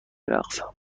رقصم